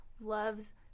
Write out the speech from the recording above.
loves